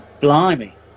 Blimey